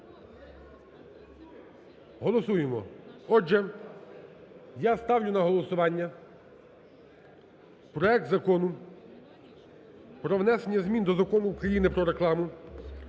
Голосуємо! Отже, я ставлю на голосування проект Закону про внесення змін до Закону України "Про рекламу"